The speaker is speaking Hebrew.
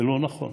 זה לא נכון.